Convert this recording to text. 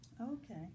Okay